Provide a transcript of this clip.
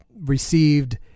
Received